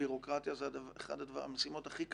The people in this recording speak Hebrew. ביורוקרטיה זה אחת המשימות הכי קשות.